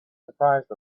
surprised